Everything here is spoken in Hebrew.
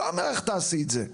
לא אומר איך תעשי את זה,